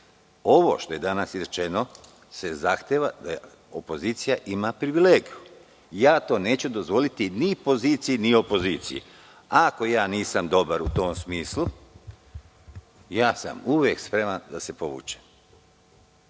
što je danas izrečeno je da se zahteva da opozicija ima privilegiju. Neću to dozvoliti ni poziciji, ni opoziciji. Ako ja nisam dobar u tom smislu, uvek sam spreman da se povučem.